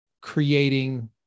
creating